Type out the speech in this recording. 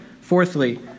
fourthly